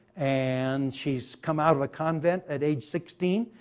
and she's come out of a convent at age sixteen.